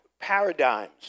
paradigms